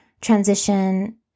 transition